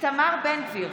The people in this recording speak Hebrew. איתמר בן גביר,